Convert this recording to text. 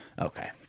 okay